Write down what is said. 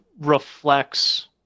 reflects